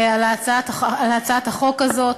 על הצעת החוק הזאת.